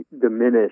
diminish